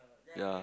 yea